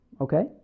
okay